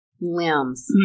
Limbs